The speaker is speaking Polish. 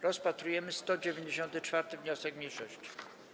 Rozpatrujemy 194. wniosek mniejszości.